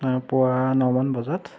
হয় পুৱা নমান বজাত